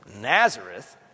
Nazareth